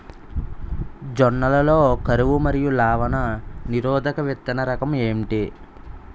జొన్న లలో కరువు మరియు లవణ నిరోధక విత్తన రకం ఏంటి?